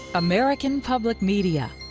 american public media